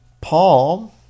Paul